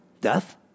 Death